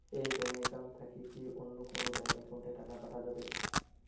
এই bank account থাকি কি অন্য কোনো ব্যাংক একাউন্ট এ কি টাকা পাঠা যাবে?